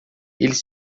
eles